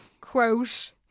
quote